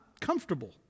comfortable